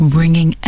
Bringing